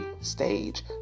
stage